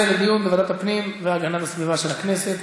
לדיון בוועדת הפנים והגנת הסביבה של הכנסת.